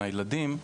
כלומר,